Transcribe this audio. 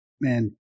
Man